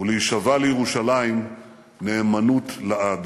ולהישבע לירושלים נאמנות לעד.